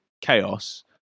chaos